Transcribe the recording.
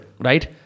Right